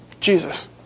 Jesus